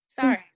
sorry